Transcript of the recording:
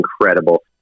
incredible